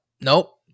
Nope